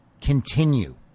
continue